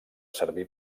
servir